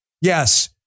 Yes